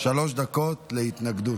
שלוש דקות להתנגדות.